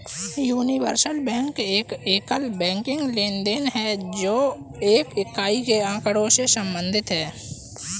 universal bank एक एकल banking लेनदेन है, जो एक इकाई के आँकड़ों से संबंधित है